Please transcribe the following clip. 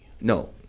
No